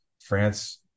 France